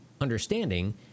understanding